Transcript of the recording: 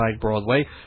Broadway